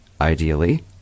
Ideally